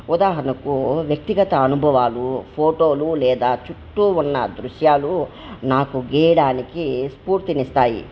ఉదాహరణకు వ్యక్తిగత అనుభవాలు ఫోటోలు లేదా చుట్టు ఉన్న దృశ్యాలు నాకు గీయడానికి స్ఫూర్తిని ఇస్తాయి